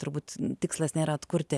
turbūt tikslas nėra atkurti